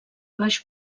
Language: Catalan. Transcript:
baix